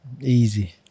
Easy